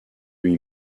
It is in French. lui